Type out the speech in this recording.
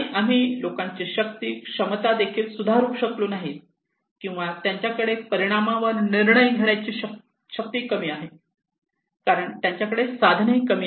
आणि आम्ही लोकांची शक्ती क्षमता देखील सुधारू शकलो नाही किंवा त्यांच्याकडे परिणामावर निर्णय घेण्याची शक्ती कमी आहे कारण त्यांच्याकडे साधने कमी आहेत